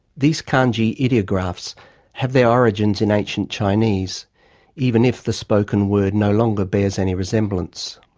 these kanji ideographs have their origins in ancient chinese even if the spoken word no longer bears any resemblance.